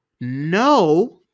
No